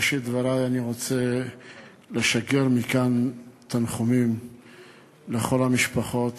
בראשית דברי אני רוצה לשגר מכאן תנחומים לכל המשפחות